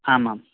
आम् आम्